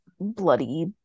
bloody